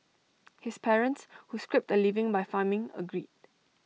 his parents who scraped A living by farming agreed